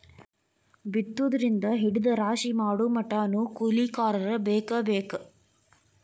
ಬಿತ್ತುದರಿಂದ ಹಿಡದ ರಾಶಿ ಮಾಡುಮಟಾನು ಕೂಲಿಕಾರರ ಬೇಕ ಬೇಕ